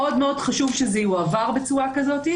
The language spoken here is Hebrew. מאוד מאוד חשוב שזה יועבר בצורה כזאת,